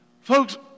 Folks